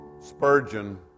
Spurgeon